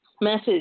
message